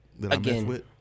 Again